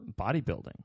bodybuilding